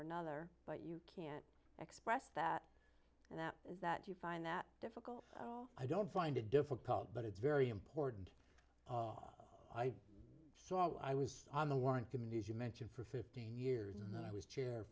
another but you can't express that and that is that you find that difficult well i don't find it difficult but it's very important i saw i was on the warren committees you mention for fifteen years and then i was chair